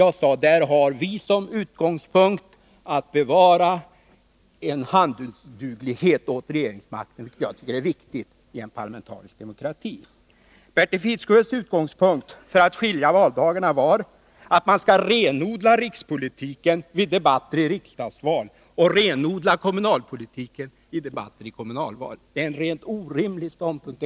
Jag sade i mitt huvudanförande att vi som utgångspunkt har att söka bevara en handlingsduglighet åt regeringsmakten, något som jag tycker är viktigt i en parlamentarisk demokrati. Bertil Fiskesjös utgångspunkt för att skilja valdagarna var att man skall renodla rikspolitiken i debatter i samband med riksdagsval och renodla kommunalpolitiken i debatter i samband med kommunalval. Det är en orimlig ståndpunkt.